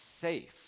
safe